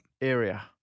area